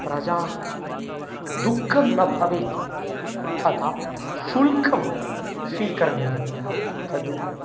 प्रजाः दुःखं न भवेत् यथा शुल्कं स्वीकरणीयं यद्